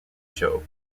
show